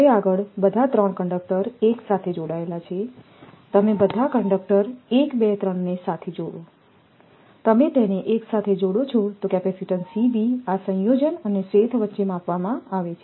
હવે આગળ બધા 3 કંડક્ટર એક સાથે જોડાયેલા છે તમે બધા કંડક્ટર 1 2 3ને સાથે જોડો તમે તેને એક સાથે જોડો છોતો કેપેસિટીન્સઆ સંયોજન અને શેથ વચ્ચે માપવામાં આવે છે